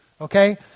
Okay